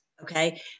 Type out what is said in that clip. Okay